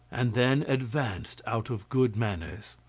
and then advanced out of good manners.